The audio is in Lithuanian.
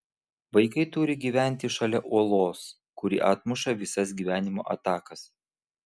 vaikai turi gyventi šalia uolos kuri atmuša visas gyvenimo atakas